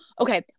okay